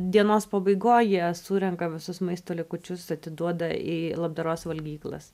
dienos pabaigoj jie surenka visus maisto likučius atiduoda į labdaros valgyklas